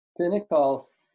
pentecost